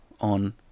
on